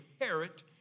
inherit